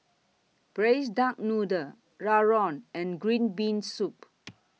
Braised Duck Noodle Rawon and Green Bean Soup